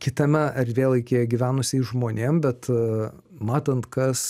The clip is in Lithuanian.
kitame erdvėlaikyje gyvenusiais žmonėm bet a matant kas